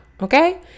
okay